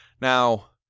Now